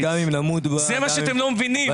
זה מה שאתם לא מבינים,